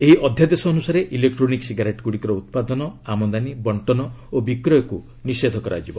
ଏହି ଅଧ୍ୟାଦେଶ ଅନ୍ରସାରେ ଇଲେକ୍ରୋନିକ୍ ସିଗାରେଟ୍ଗ୍ରଡ଼ିକର ଉତ୍ପାଦନ ଆମଦାନୀ ବଣ୍ଟନ ଓ ବିକ୍ରୟକୁ ନିଷେଧ କରାଯିବ